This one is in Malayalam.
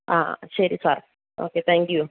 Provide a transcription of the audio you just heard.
ആ ശരി സാർ ഓക്കെ താങ്ക് യൂ